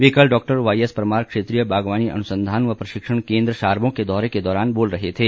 वे कल doctor Y S Parmar क्षेत्रीय बागवानी अनुसंधान व प्रशिक्षण केन्द्र शारबो के दौरे के दौरान बोल रहे थे